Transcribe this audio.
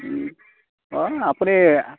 অঁ আপুনি